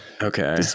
okay